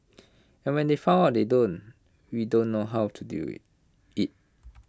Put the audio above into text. and when we found out they don't we don't know how to deal with IT